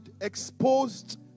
exposed